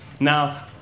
Now